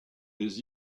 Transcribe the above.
les